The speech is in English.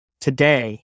today